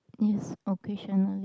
yes occasionally